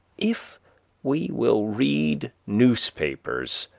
if we will read newspapers,